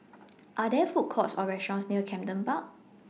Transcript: Are There Food Courts Or restaurants near Camden Park